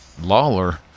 Lawler